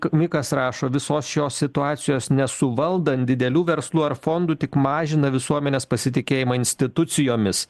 mikas rašo visos šios situacijos nesuvaldant didelių verslų ar fondų tik mažina visuomenės pasitikėjimą institucijomis